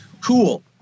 Cool